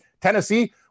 Tennessee